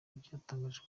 byatangajwe